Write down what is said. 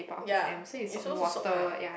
ya you supposed to soak ah